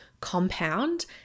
compound